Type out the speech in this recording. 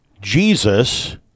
Jesus